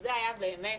זה היה באמת